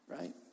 right